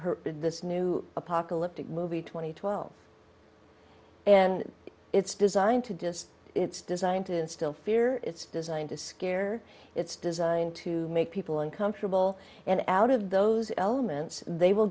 this new apocalyptic movie two thousand and twelve and it's designed to destroy it's designed to instill fear it's designed to scare it's designed to make people uncomfortable and out of those elements they will